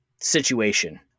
situation